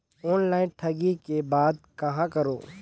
Online ठगी के बाद कहां करों?